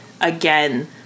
again